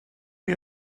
chi